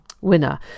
winner